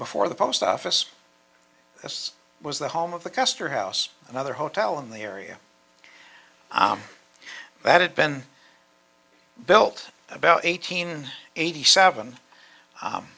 before the post office as was the home of the custer house another hotel in the area that had been built about eighteen eighty seven